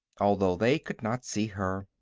although they could not see her.